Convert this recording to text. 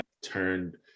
turned